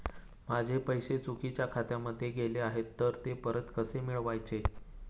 माझे पैसे चुकीच्या खात्यामध्ये गेले आहेत तर ते परत कसे मिळवायचे?